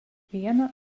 vieną